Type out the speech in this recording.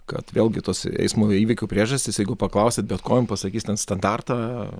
kad vėlgi tos eismo įvykių priežastys jeigu paklausit bet ko jum pasakys ten standartą